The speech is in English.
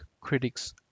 critics